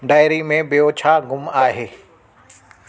diary में ॿियों छा ग़ुम आहे